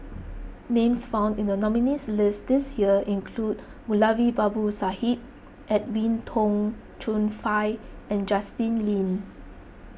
names found in the nominees' list this year include Moulavi Babu Sahib Edwin Tong Chun Fai and Justin Lean